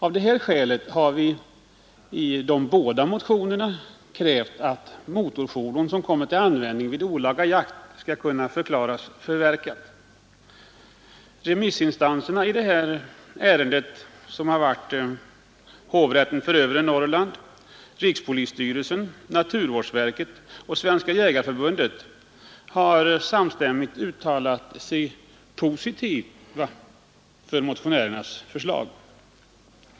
Av detta skäl har det i båda motionerna krävts att motorfordon som kommit till användning vid olaga jakt skall kunna förklaras förverkat Remissinstanserna i detta ärende hovrätten för Övre Norrland, rikspolisstyrelsen, naturvårdsverket och Svenska jägareförbundet har samstämmigt uttalat sig positivt för motionärernas förslag.